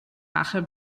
rachel